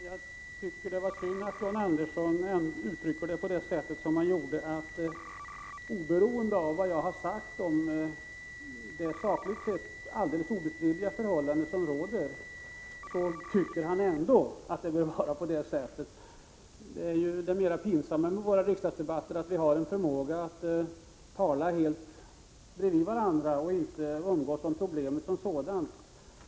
Herr talman! Det var synd att John Andersson uttryckte sig på det sätt som han gjorde, att oberoende av vad jag har sagt om de sakligt sett alldeles obestridliga förhållanden som råder tycker han ändå att kammaren skall besluta så som han vill. Det mera pinsamma med våra riksdagsdebatter är ju att vi har en förmåga att tala helt bredvid varandra och inte gå in på problemen som sådana.